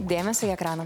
dėmesio į ekraną